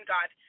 God